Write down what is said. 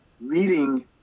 reading